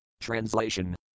Translation